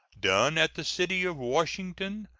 done at the city of washington,